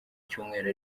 cyumweru